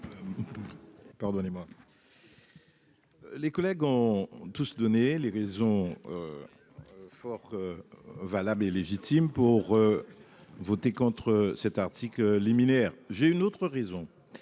Pardonnez-moi. Les collègues ont tous donné les raisons. Fort. Va mais légitime pour. Voter contre cet article liminaire, j'ai une autre raison